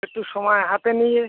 একটু সময় হাতে নিয়ে